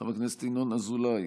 חבר הכנסת ינון אזולאי,